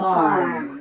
Farm